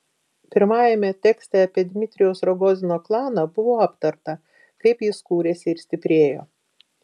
pirmajame tekste apie dmitrijaus rogozino klaną buvo aptarta kaip jis kūrėsi ir stiprėjo